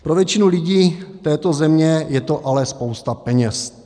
Pro většinu lidí této země je to ale spousta peněz.